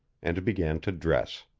and began to dress.